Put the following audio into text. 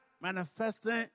manifesting